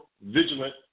vigilant